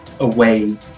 away